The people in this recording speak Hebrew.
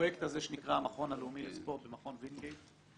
הפרויקט הזה שנקרא המכון הלאומי לספורט במכון וינגייט,